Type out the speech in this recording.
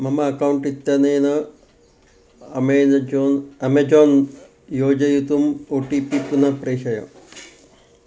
मम अकौण्ट् इत्यनेन अमेनजोन् अमेज़ोन् योजयितुम् ओ टि पि पुनः प्रेषय